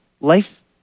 life